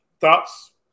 thoughts